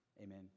Amen